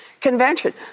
Convention